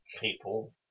people